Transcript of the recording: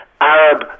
Arab